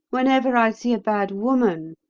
whenever i see a bad woman,